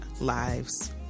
Lives